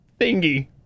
thingy